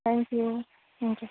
thank you हुन्छ